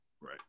Right